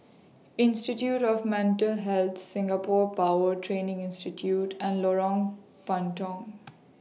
Institute of Mental Health Singapore Power Training Institute and Lorong Puntong